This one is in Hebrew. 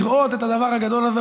לראות את הדבר הגדול הזה,